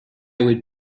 would